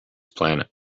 planet